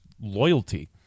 loyalty